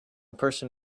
person